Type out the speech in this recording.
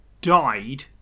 died